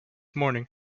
morning